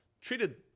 treated